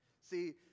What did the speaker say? See